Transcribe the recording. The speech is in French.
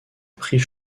prix